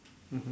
mmhmm